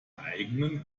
eigenen